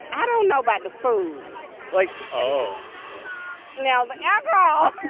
i don't know about the food like oh now, the alcohol